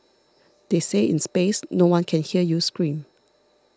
they say in space no one can hear you scream